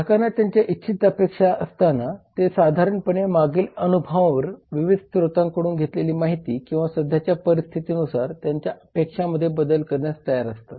ग्राहकांना त्यांच्या इच्छित अपेक्षा असताना ते साधारणपणे मागील अनुभवांवर विविध स्त्रोतांकडून घेतलेली माहिती किंवा सध्याच्या परिस्थितीनुसार त्यांच्या अपेक्षांमध्ये बदल करण्यास तयार असतात